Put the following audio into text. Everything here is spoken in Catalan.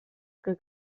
que